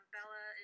Bella